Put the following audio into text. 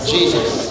Jesus